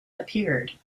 appeared